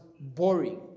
boring